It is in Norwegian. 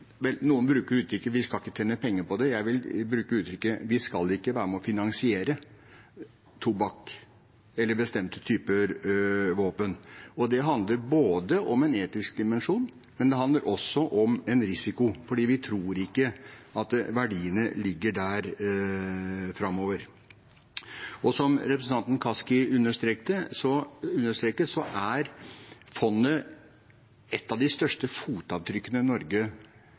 noen bruker uttrykket «vi skal ikke tjene penger på det», jeg vil bruke uttrykket «vi skal ikke være med og finansiere tobakk eller bestemte typer våpen» – handler det både om en etisk dimensjon og om en risiko. Vi tror ikke verdiene ligger der framover. Og som representanten Kaski understreket, er fondet et av de største fotavtrykkene Norge